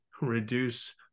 reduce